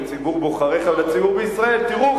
לציבור בוחריך ולציבור בישראל: תראו,